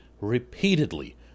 repeatedly